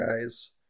guy's